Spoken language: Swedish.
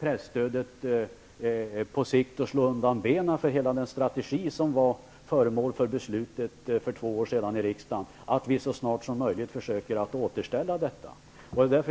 presstödet på sikt och slå undan benen för hela den strategi som var föremål för beslutet i riksdagen för två år sedan.